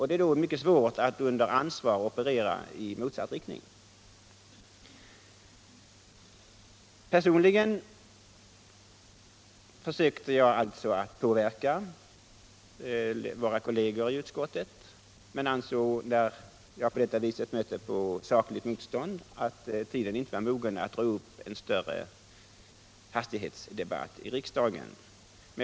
Det är då mycket svårt att under ansvar operera i motsatt riktning. Personligen försökte jag att påverka kollegerna i utskottet, men jag möttes av det argumentet att tiden inte var mogen för att dra upp en större debatt i riksdagen om hastighetsbegränsningar på våra vägar.